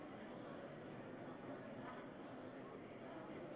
כבוד יושב-ראש